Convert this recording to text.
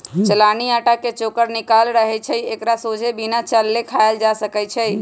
चलानि अटा के चोकर निकालल रहै छइ एकरा सोझे बिना चालले खायल जा सकै छइ